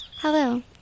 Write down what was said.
Hello